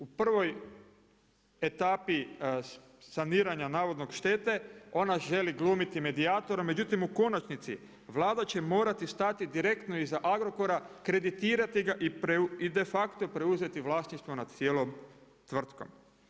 U prvoj etapi saniranja navodne štete ona želi glumiti medijatora, međutim u konačnici Vlada će morati stati direktno iza Agrokora, kreditirati ga i de facto preuzeti vlasništvo nad cijelom tvrtkom.